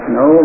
no